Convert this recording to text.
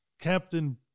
captain